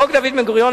חוק דוד בן-גוריון,